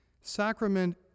Sacrament